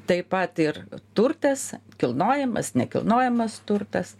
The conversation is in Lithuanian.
taip pat ir turtas kilnojamas nekilnojamas turtas